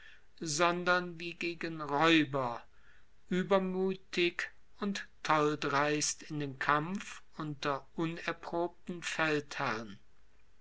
sondern wie gegen raeuber uebermuetig und tolldreist in den kampf unter unerprobten